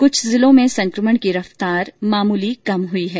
कुछ जिलों में संक्रमण की रफ्तार मामूली कम हुई है